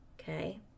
Okay